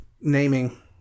naming